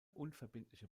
unverbindliche